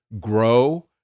grow